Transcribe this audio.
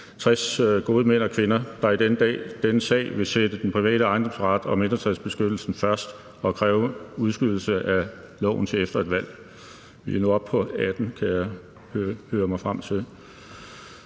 60 gode mænd og kvinder, der i denne sag vil sætte den private ejendomsret og mindretalsbeskyttelsen først og kræve udskydelse af loven til efter et valg. Vi er nu oppe på 18,